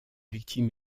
victime